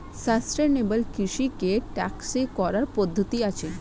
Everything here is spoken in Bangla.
সাস্টেনেবল কৃষিকে টেকসই করার পদ্ধতি আছে